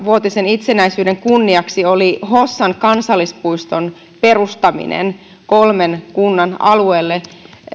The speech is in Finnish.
vuotisen itsenäisyyden kunniaksi oli hossan kansallispuiston perustaminen kolmen kunnan alueelle